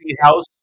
house